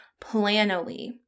Planoly